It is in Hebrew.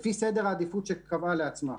לפי סדר העדיפות שקבעה לעצמה.